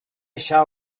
shall